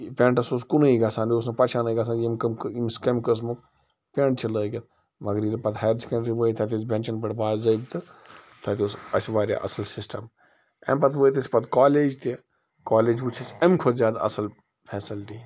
یہِ پیٚنٛٹَس اوس کُنُے گژھان یہِ اوس نہٕ پہچانٕے گژھان یم کٕم ییٚمس کمہِ قٕسمُک پیٚنٛٹ چھُ لٲگِتھ مگر ییٚلہِ پَتہٕ ہایر سیٚکنٛڈرٛی وٲتۍ تَتہِ ٲسۍ بیٚنٛچَن پٮ۪ٹھ باضٲبطہٕ تَتہِ اوس اسہِ واریاہ اصٕل سِسٹَم اَمہِ پَتہٕ وٲتۍ أسۍ پَتہٕ کالج تہِ کالج وُچھ اسہِ امہِ کھۄتہٕ زیادٕ اصٕل فیسَلٹی